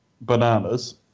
bananas